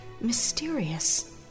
mysterious